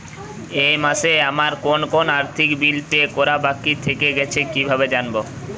এই মাসে আমার কোন কোন আর্থিক বিল পে করা বাকী থেকে গেছে কীভাবে জানব?